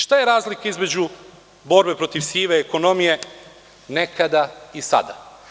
Šta je razlika između borbe protiv sive ekonomije nekada i sada?